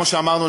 כמו שאמרנו,